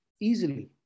easily